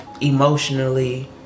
emotionally